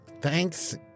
Thanks